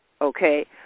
okay